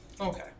Okay